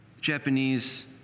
Japanese